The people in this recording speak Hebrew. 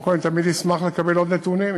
קודם כול, אני תמיד אשמח לקבל עוד נתונים.